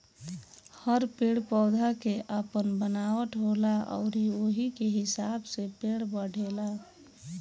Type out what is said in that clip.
हर पेड़ पौधा के आपन बनावट होला अउरी ओही के हिसाब से पेड़ बढ़ेला